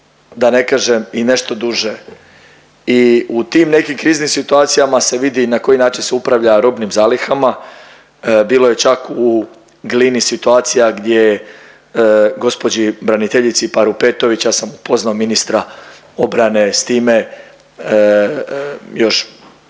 da ne kažem i nešto duže. I u tim nekim kriznim situacijama se vidi na koji način se upravlja robnim zalihama, bilo je čak u Glini situacija gdje gospođi braniteljici Parupetović, ja sam upoznao ministra obrane s time još